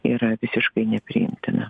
yra visiškai nepriimtina